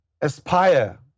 aspire